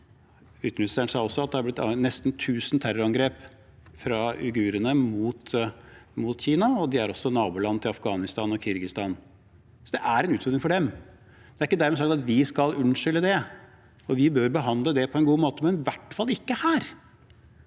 Utenriksministeren sa også at det er blitt utført nesten tusen terrorangrep av uigurene mot Kina, og de er også naboland til Afghanistan og Kirgisistan. Det er en utfordring for dem. Det er ikke dermed sagt at vi skal unnskylde det. Vi bør behandle det på en god måte, men i hvert fall ikke her.